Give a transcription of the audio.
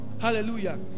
hallelujah